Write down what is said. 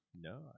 No